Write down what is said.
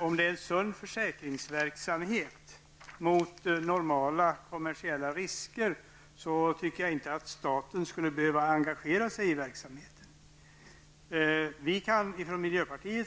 Om detta vore en sund försäkringsverksamhet med normala kommersiella risker, tycker jag inte att staten skulle behöva engagera sig i verksamheten. Miljöpartiet